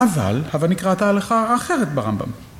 אבל, הווה נקראתה הלכה האחרת ברמב״ם.